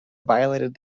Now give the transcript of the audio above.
violated